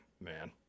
man